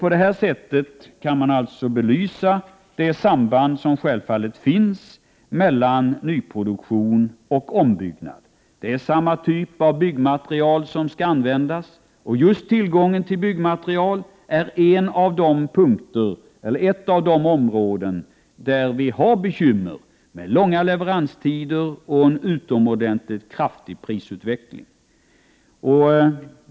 På detta sätt kan man alltså belysa det samband som självfallet finns mellan nyproduktion och ombyggnad. Det är samma typ av byggmaterial som skall användas, och bl.a. i fråga om tillgången på byggmaterial är det bekymmer med långa leveranstider och en utomordentligt kraftig prisutveckling.